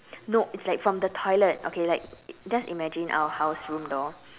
no it's like from the toilet okay like just imagine our house room door